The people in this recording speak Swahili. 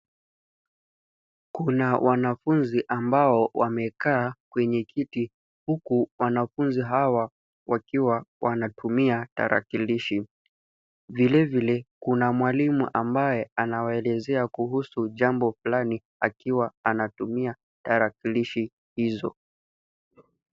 Kuna wanafunzi ambao wamekaa kwenye kiti huku wanafunzi hawa wakiwa wanatumia tarakilishi. Vile vile, kuna mwalimu ambaye anawaelezea kuhusu jambo fulani akiwa anatumia tarakilishi hizo.